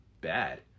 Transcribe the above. bad